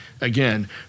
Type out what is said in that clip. again